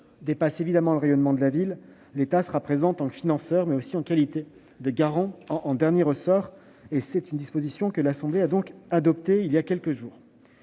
dépasse évidemment le rayonnement de la ville, l'État sera présent en tant que financeur, mais aussi en qualité de garant en dernier ressort. C'est là une disposition que l'Assemblée nationale a adoptée il y a quelques jours.